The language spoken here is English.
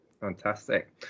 Fantastic